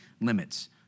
limits